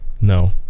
No